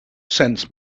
sense